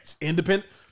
Independent